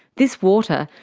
this water,